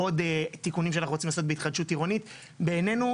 אולי לבנינו ונכדינו